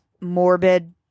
morbid